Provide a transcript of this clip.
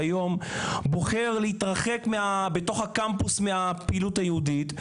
שהיום בוחר להתרחק בתוך הקמפוס מהפעילות היהודית,